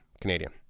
Canadian